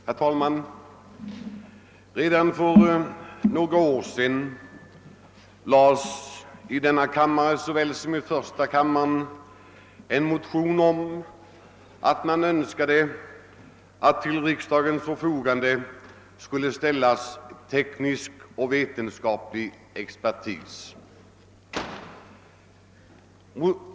Herr talman! Redan för några år sedan lades det i denna kammare såväl som i första kammaren fram en motion om att teknisk och vetenskaplig exper tis skulle ställas till riksdagens förfogande.